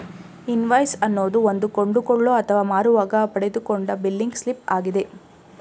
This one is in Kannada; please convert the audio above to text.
ಇನ್ವಾಯ್ಸ್ ಅನ್ನೋದು ಒಂದು ಕೊಂಡುಕೊಳ್ಳೋ ಅಥವಾ ಮಾರುವಾಗ ಪಡೆದುಕೊಂಡ ಬಿಲ್ಲಿಂಗ್ ಸ್ಲಿಪ್ ಆಗಿದೆ